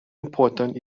important